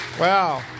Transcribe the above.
Wow